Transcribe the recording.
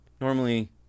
Normally